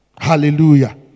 Hallelujah